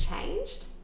changed